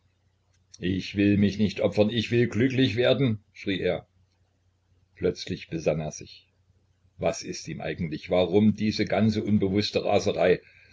ich will mich nicht opfern ich will glücklich werden schrie er plötzlich besann er sich was ist ihm eigentlich warum diese ganze unbewußte raserei